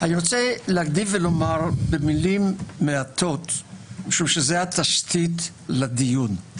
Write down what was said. אקדים ואומר במילים מעטות כי זה התשתית לדיון,